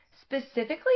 specifically